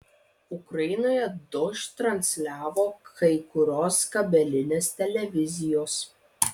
ukrainoje dožd transliavo kai kurios kabelinės televizijos